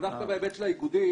דווקא בהיבט של האיגודים,